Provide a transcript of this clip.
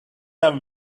are